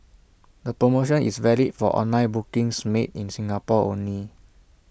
the promotion is valid for online bookings made in Singapore only